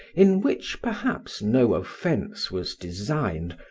in which perhaps no offence was designed,